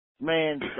man